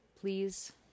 please